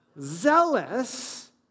Zealous